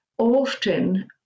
Often